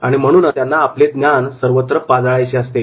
आणि म्हणूनच त्यांना आपले ज्ञान सर्वत्र पाजळायचे असते